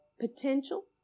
potential